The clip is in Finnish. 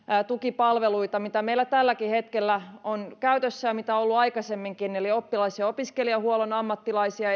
tukipalveluita mitä meillä tälläkin hetkellä on käytössä ja mitä on ollut aikaisemminkin eli esimerkiksi oppilas ja opiskelijahuollon ammattilaisia